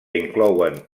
inclouen